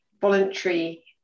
voluntary